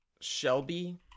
Shelby